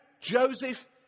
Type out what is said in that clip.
Joseph